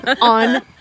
on